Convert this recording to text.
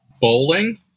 bowling